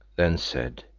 then said